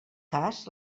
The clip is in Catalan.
cas